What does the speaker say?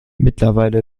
mittlerweile